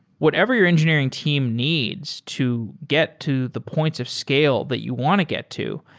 whatever your engineering team needs to get to the points of scale that you want to get to,